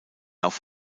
auf